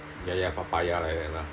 ya ya papaya like that lah